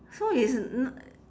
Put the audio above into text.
so it's n~